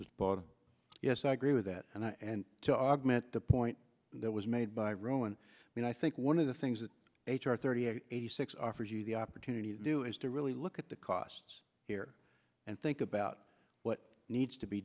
but yes i agree with that and i and to augment the point that was made by rowan i think one of the things that h r thirty eight eighty six offers you the opportunity to do is to really look at the costs here and think about what needs to be